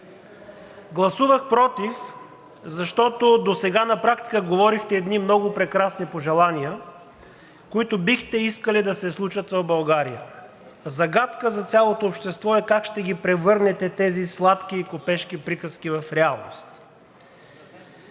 Гласувах против, защото досега на практика говорихте едни много прекрасни пожелания, които бихте искали да се случват в България. Загадка за цялото общество е как ще превърнете тези сладки и купешки приказки в реалност.